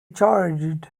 charged